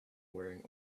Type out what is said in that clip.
wearing